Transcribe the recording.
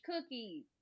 cookies